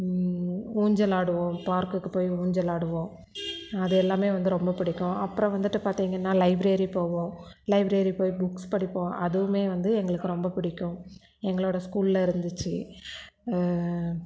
ஊஞ்சல் ஆடுவோம் பார்க்குக்கு போய் ஊஞ்சல் ஆடுவோம் அது எல்லாமே வந்து ரொம்ப பிடிக்கும் அப்புறம் வந்துட்டு பார்த்திங்கன்னா லைப்ரேரி போவோம் லைப்ரேரி போய் புக்ஸ் படிப்போம் அதுவுமே வந்து எங்களுக்கு ரொம்ப பிடிக்கும் எங்களோட ஸ்கூல்ல இருந்துச்சு